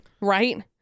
right